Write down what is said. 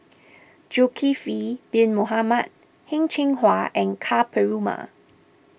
Zulkifli Bin Mohamed Heng Cheng Hwa and Ka Perumal